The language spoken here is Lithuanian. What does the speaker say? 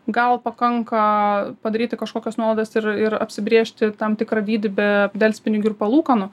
gal pakanka padaryti kažkokias nuolaidas ir ir apsibrėžti tam tikrą dydį be delspinigių ir palūkanų